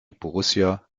borussia